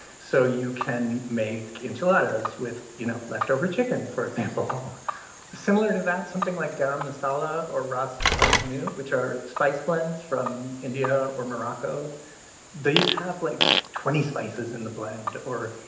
so you can make enchiladas with, you know, leftover chicken, for example. um similar to that, something like garam masala or ras el hanout, which are spice blends from india or morocco these have like twenty spices in the blend. or,